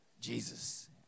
Jesus